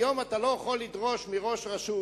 היום אתה לא יכול לדרוש מראש רשות